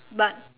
but